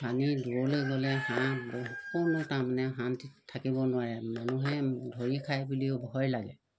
পানী দূৰলৈ গ'লে হাঁহ অকণো তাৰমানে শান্তিত থাকিব নোৱাৰে মানুহে ধৰি খায় বুলিও ভয় লাগে